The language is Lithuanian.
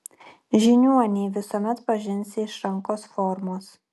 žiniuonį visuomet pažinsi iš rankos formos